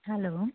hello